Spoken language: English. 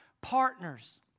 partners